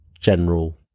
general